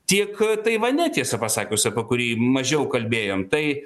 tiek taivane tiesa pasakius apie kurį mažiau kalbėjom tai